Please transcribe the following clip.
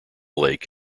lake